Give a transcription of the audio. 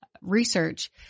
research